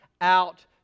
out